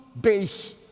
base